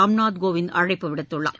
ராம்நாத் கோவிந்த் அழைப்பு விடுத்துள்ளார்